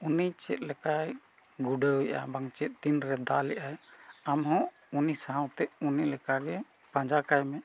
ᱩᱱᱤ ᱪᱮᱫ ᱞᱮᱠᱟᱭ ᱜᱩᱰᱟᱹᱣᱮᱜᱼᱟ ᱵᱟᱝ ᱪᱮᱫ ᱛᱤᱱᱨᱮ ᱫᱟᱞᱮᱜ ᱟᱭ ᱟᱢᱦᱚᱸ ᱩᱱᱤ ᱥᱟᱶᱛᱮ ᱩᱱᱤ ᱞᱮᱠᱟᱜᱮ ᱯᱟᱸᱡᱟ ᱠᱟᱭᱢᱮ